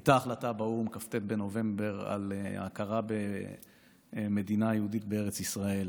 הייתה החלטה באו"ם בכ"ט בנובמבר על הכרה במדינה יהודית בארץ ישראל,